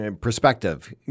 perspective